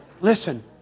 listen